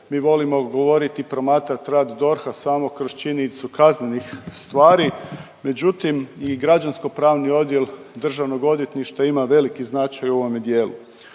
mi volimo govoriti i promatrati rad DORH-a samo kroz činjenicu kaznenih stvari, međutim, i Građanskopravni odjel DORH-a ima veliki značaj u ovome dijelu.